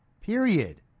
period